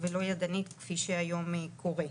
ידנית כפי שהיום קורה.